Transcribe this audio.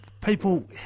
people